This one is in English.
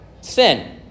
Sin